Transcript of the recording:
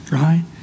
right